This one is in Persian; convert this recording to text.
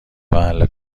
محل